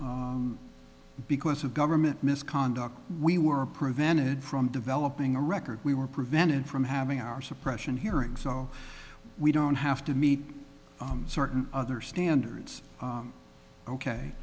is because of government misconduct we were prevented from developing a record we were prevented from having our suppression hearing so we don't have to meet certain other standards